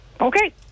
Okay